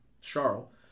Charles